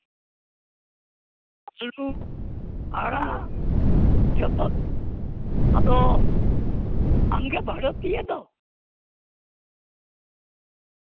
ᱟᱞᱩ ᱟᱲᱟᱜ ᱦᱚᱛᱚᱛ ᱟᱫᱚ ᱟᱢ ᱜᱮ ᱵᱷᱟᱹᱜᱟᱹᱛᱤᱭᱟᱹ ᱫᱚ